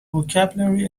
vocabulary